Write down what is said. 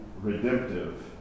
redemptive